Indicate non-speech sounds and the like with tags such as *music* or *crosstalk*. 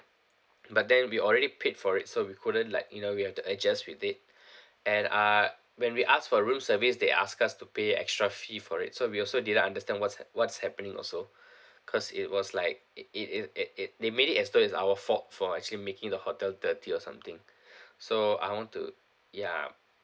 but then we already paid for it so we couldn't like you know we have to adjust with it *breath* and uh when we ask for room service they ask us to pay extra fee for it so we also didn't understand what's what's happening also *breath* cause it was like it it it it they made it as though it's our fault for actually making the hotel dirty or something *breath* so I want to ya